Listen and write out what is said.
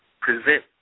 present